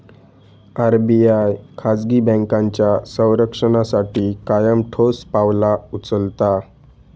RBI खाजगी बँकांच्या संरक्षणासाठी कायम ठोस पावला उचलता